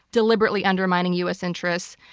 deliberately undermining us interests.